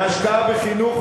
בהשקעה בחינוך,